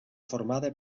formada